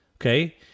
okay